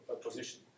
position